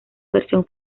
versión